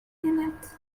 innit